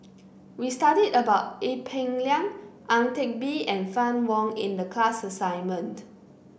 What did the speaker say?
we studied about Ee Peng Liang Ang Teck Bee and Fann Wong in the class assignment